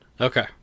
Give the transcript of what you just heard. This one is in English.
Okay